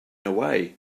away